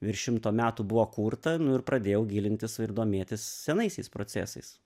virš šimto metų buvo kurta nu ir pradėjau gilintis ir domėtis senaisiais procesais